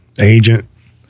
agent